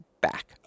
back